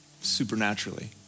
supernaturally